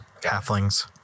halflings